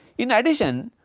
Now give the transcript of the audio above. in addition,